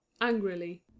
Angrily